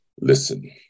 Listen